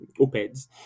opeds